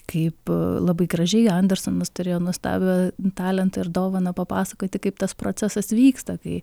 kaip labai gražiai andersonas turėjo nuostabią talentą ir dovaną papasakoti kaip tas procesas vyksta kai